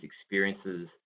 experiences